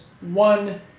one